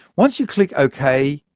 once you click ok,